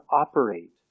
operate